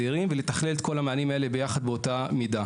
יש לו נשק שמסתובב בידיים של הצעירים האלה בכמויות אדירות,